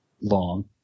long